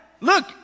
Look